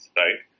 right